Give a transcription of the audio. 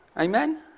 Amen